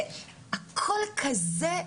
הכול כזה מזלזל,